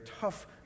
tough